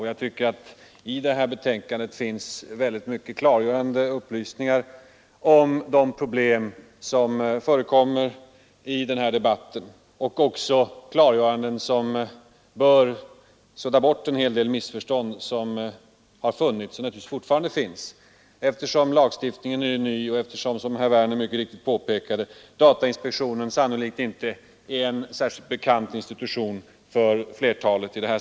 Jag finner att det i detta utskottsbetänkande finns många klarläggande upplysningar om de problem som förekommer i debatten, upplysningar som bör kunna klara upp en hel del av de missförstånd som har funnits och naturligtvis alltjämt finns eftersom lagstiftningen är ny och datainspektionen — som herr Werner i Malmö påpekade — för flertalet människor i samhället sannolikt ännu inte är en särskilt bekant institution.